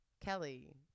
Kelly